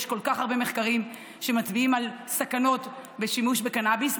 יש כל כך הרבה מחקרים שמצביעים על סכנות בשימוש בקנביס.